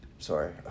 sorry